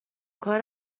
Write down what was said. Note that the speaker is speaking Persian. کار